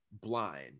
blind